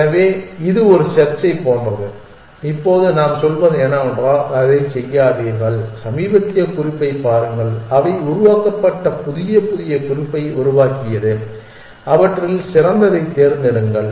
எனவே இது ஒரு செர்ச்சைப் போன்றது இப்போது நாம் சொல்வது என்னவென்றால் அதைச் செய்யாதீர்கள் சமீபத்திய குறிப்பைப் பாருங்கள் அவை உருவாக்கப்பட்ட புதிய புதிய குறிப்பை உருவாக்கியது அவற்றில் சிறந்ததைத் தேர்ந்தெடுங்கள்